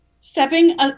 stepping